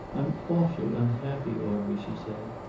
i'm awfully unhappy, audrey, she said.